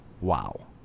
wow